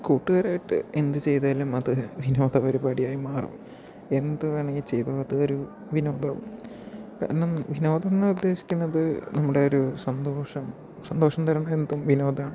കൂട്ടുകാരുമായിട്ട് എന്ത് ചെയ്താലും അതൊരു വിനോദപരിപാടിയായി മാറും എന്ത് വേണമെങ്കിലും ചെയ്തോ അത് ഒരു വിനോദമാവും കാരണം വിനോദം എന്ന് ഉദ്ദേശിക്കുന്നത് നമ്മുടെ ഒരു സന്തോഷം സന്തോഷം തരുന്ന എന്തും വിനോദമാണ്